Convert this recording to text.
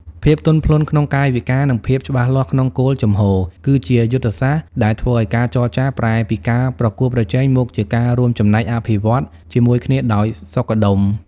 ភាពទន់ភ្លន់ក្នុងកាយវិការ និងភាពច្បាស់លាស់ក្នុងគោលជំហរ គឺជាយុទ្ធសាស្ត្រដែលធ្វើឱ្យការចរចាប្រែពីការប្រកួតប្រជែង មកជាការរួមចំណែកអភិវឌ្ឍជាមួយគ្នាដោយសុខដុម។